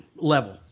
level